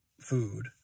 food